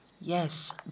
Yes